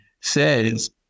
says